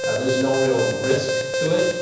ah there's no real risk to it.